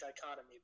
dichotomy